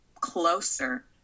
closer